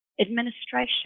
administration